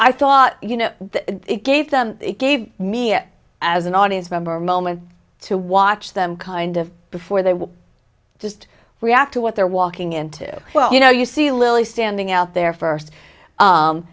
i thought you know it gave them it gave me it as an audience member moment to watch them kind of before they were just react to what they're walking into well you know you see lily standing out there first